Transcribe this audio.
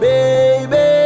Baby